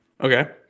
Okay